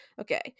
okay